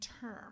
term